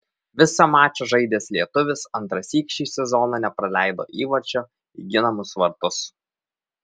visą mačą žaidęs lietuvis antrąsyk šį sezoną nepraleido įvarčio į ginamus vartus